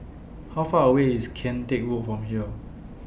How Far away IS Kian Teck Road from here